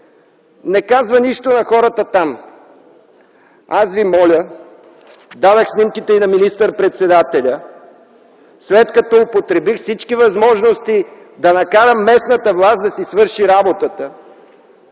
не казва нищо на хората там. Аз Ви моля – дадох снимките и на министър-председателя, след като употребих всички възможности да накарам местната власт да си свърши работата,